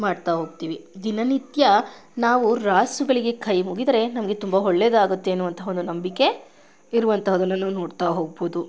ಮಾಡ್ತಾ ಹೋಗ್ತೀವಿ ದಿನ ನಿತ್ಯ ನಾವು ರಾಸುಗಳಿಗೆ ಕೈ ಮುಗಿದರೆ ನಮಗೆ ತುಂಬ ಒಳ್ಳೆಯದಾಗುತ್ತೆ ಅನ್ನುವಂಥ ಒಂದು ನಂಬಿಕೆ ಇರುವಂಥದ್ದನ್ನು ನಾವು ನೋಡ್ತಾ ಹೋಗ್ಬೋದು